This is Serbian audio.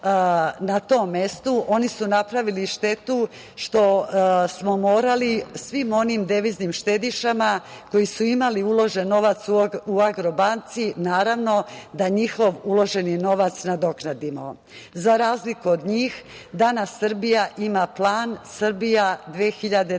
na tom mestu, oni su napravili štetu što smo morali svim onim deviznim štedišama koji su imali uložen novac u „Agrobanci“, naravno da njihov uloženi novac nadoknadimo.Za razliku od njih danas Srbija ima plan, Srbija 2025,